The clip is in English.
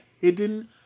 hidden